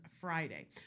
Friday